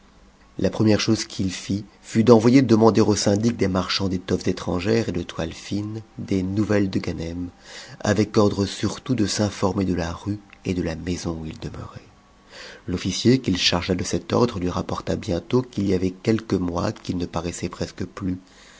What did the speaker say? la première chose qu'il fit fut d'envoyer demander au syndic des marchands d'étoffes étrangères et de toiles fines des nouvelles de ganem avec ordre surtout de s'informer de la rue et de la maison où il demeurait l'officier qu'il chargea de cet ordre lui rapporta bientôt qu'il y avait quelques mois qu'il ne paraissait presque plus